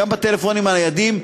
גם בטלפונים הניידים,